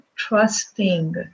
trusting